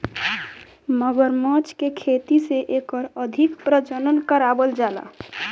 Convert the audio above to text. मगरमच्छ के खेती से एकर अधिक प्रजनन करावल जाला